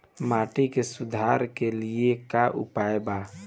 माटी के सुधार के लिए का उपाय बा?